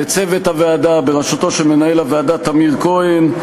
לצוות הוועדה בראשותו של מנהל הוועדה טמיר כהן,